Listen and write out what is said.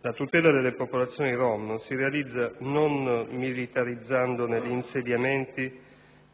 La tutela delle popolazioni rom si realizza non militarizzandone gli insediamenti